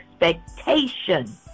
expectation